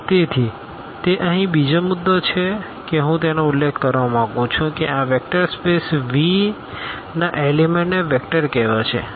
તેથી તે અહીં બીજો મુદ્દો છે કે હું તેનો ઉલ્લેખ કરવા માંગુ છું કે આ વેક્ટર સ્પેસ V ના એલીમેન્ટને વેક્ટર કહેવાશે